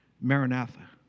Maranatha